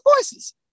voices